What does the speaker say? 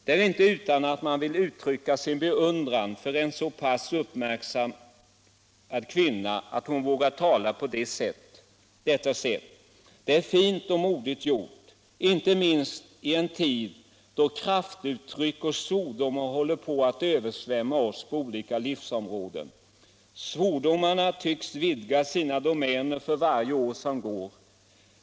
Det är inte utan att man vill uttrycka sin beundran för att en så pass uppmärksammad kvinna vågade tala på detta sätt. Det är fint och modigt gjort, inte minst i en tid då kraftuttryck och svordomar håller på att översvämma oss på olika livsområden. Svordomarna tycks vidga sina domäner för varje år som går.